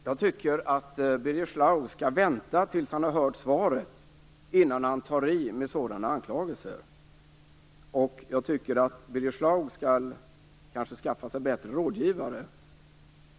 Fru talman! Jag tycker att Birger Schlaug skall vänta tills han ha hört svaret innan han tar i med sådana anklagelser. Jag tycker att Birger Schlaug skall skaffa sig bättre rådgivare.